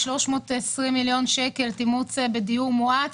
320 מיליוני שקלים לתמרוץ דיור מואץ.